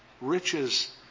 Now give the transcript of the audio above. riches